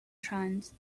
shines